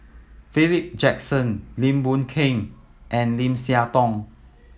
Philip Jackson Lim Boon Keng and Lim Siah Tong